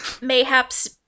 Mayhaps